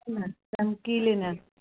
न चमकीली न